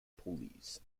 pulleys